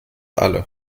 alle